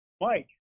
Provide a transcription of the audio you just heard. Mike